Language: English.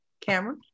camera